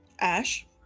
Ash